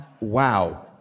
Wow